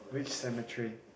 which cemetery